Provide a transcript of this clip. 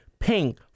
Pink